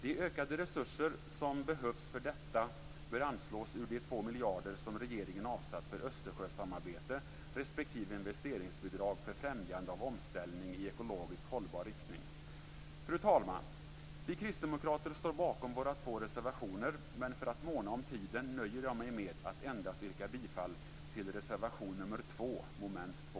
De ökade resurser som behövs för detta bör anslås ur de 2 miljarder kronor som regeringen avsatt för Fru talman! Vi kristdemokrater står bakom våra två reservationer men för att måna om kammarens tid nöjer jag mig med att yrka bifall till reservation 2